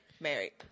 Married